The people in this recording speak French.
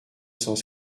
cent